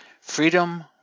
Freedom